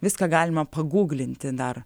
viską galima pagūglinti dar